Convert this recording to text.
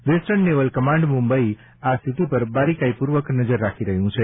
western naval command Mumbai આ સ્થિતિ પર બારીકાઈપૂર્વક નજર રાખી રહ્યું છે